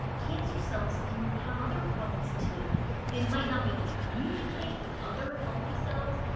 cancer cells can have other problems too they might not be able to communicate with other healthy cells,